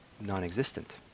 non-existent